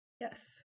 Yes